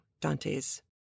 Dante's